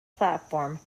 platform